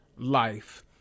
life